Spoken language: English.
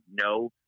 no